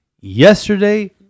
Yesterday